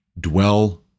Dwell